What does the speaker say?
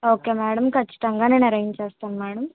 okay madam ఖచ్చితంగా నేను arrange చేస్తాను మేడం